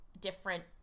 different